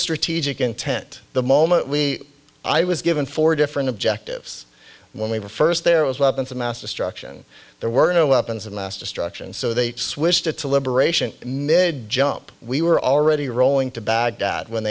strategic intent the moment we i was given four different objectives when we were first there was weapons of mass destruction there were no weapons of mass destruction so they switched it to liberation mid jump we were already rolling to baghdad when